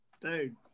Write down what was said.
dude